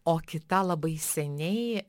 o kita labai seniai